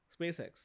SpaceX